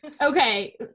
okay